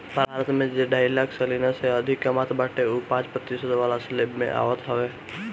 भारत में जे ढाई लाख सलीना से अधिका कामत बाटे उ पांच प्रतिशत वाला स्लेब में आवत हवे